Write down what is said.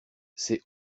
c’est